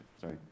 sorry